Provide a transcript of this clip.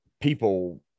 people